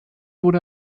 wurde